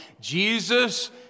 Jesus